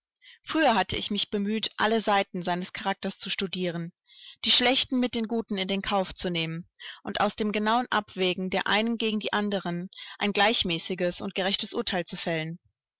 früher hatte ich mich bemüht alle seiten seines charakters zu studieren die schlechten mit den guten in den kauf zu nehmen und aus dem genauen abwägen der einen gegen die anderen ein gleichmäßiges und gerechtes urteil zu fällen